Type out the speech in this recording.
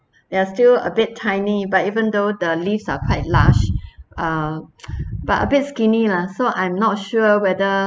there are still a bit tiny but even though the leaves are quite large uh but a bit skinny lah so I'm not sure whether